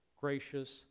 gracious